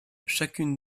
chacune